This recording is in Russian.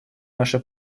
наша